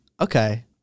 okay